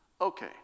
Okay